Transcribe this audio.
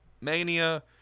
Mania